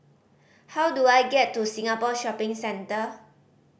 how do I get to Singapore Shopping Centre